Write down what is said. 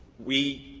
we